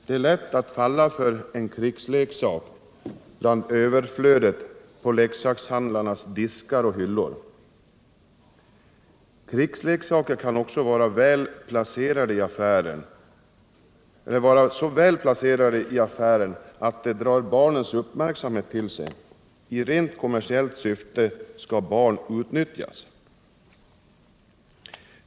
Det är lätt att falla för en krigsleksak bland Nr 45 överflödet på leksakshandlarnas diskar och hyllor. Krigsleksaker kan ock Fredagen den så vara så placerade i affären att de drar barnens uppmärksamhet till 9 december 1977 sig — i rent kommersiellt syfte skall barnen utnyttjas.